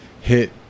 hit